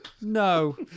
No